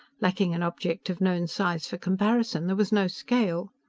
lacking an object of known size for comparison, there was no scale.